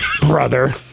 brother